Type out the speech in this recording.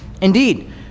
Indeed